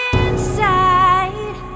inside